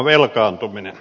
velkaantuminen